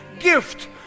gift